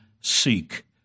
seek